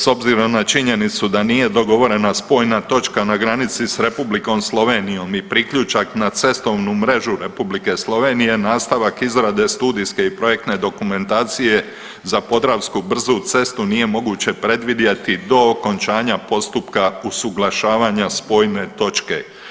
S obzirom na činjenicu da nije dogovorena spojna točka na granici s Republikom Slovenijom i priključak na cestovnu mrežu Republike Slovenije, nastavak izrade studijske i projektne dokumentacije za podravsku brzu cestu nije moguće predvidjeti do okončanja postupka usuglašavanja spojne točke.